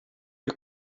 you